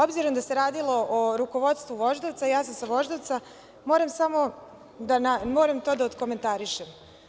Obzirom da se radilo o rukovodstvu Voždovca, ja sam sa Voždovca, moram samo to da prokomentarišem.